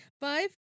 Five